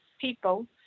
people